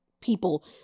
people